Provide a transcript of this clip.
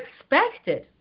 expected